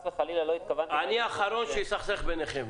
וחלילה לא התכוונתי --- אני האחרון שאסכסך ביניכם.